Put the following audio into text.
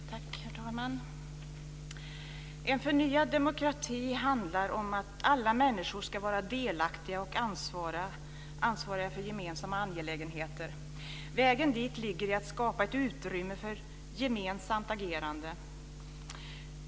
Herr talman! En förnyad demokrati handlar om att alla människor ska vara delaktiga och ansvariga för gemensamma angelägenheter. Vägen dit ligger i att skapa ett utrymme för gemensamt agerande.